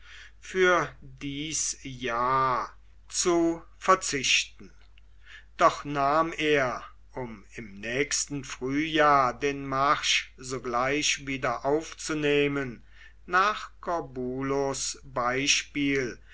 für dies jahr zu verzichten doch nahm er um im nächsten frühjahr den marsch sogleich wieder aufzunehmen nach corbulos beispiel